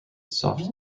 soft